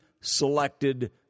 selected